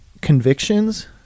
convictions